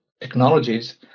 technologies